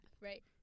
right